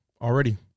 already